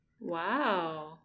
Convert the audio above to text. Wow